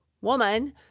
woman